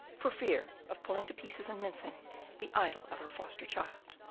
for fear of pulling to pieces and mincing the idol of her foster child.